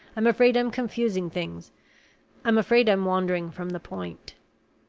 i'm afraid i'm confusing things i'm afraid i'm wandering from the point.